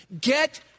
Get